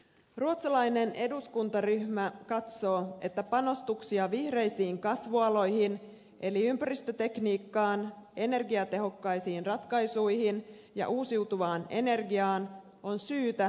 ruotsalainen eduskuntaryhmä katsoo että panostuksia vihreisiin kasvualoihin eli ympäristötekniikkaan energiatehokkaisiin ratkaisuihin ja uusiutuvaan energiaan on syytä priorisoida